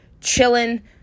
chilling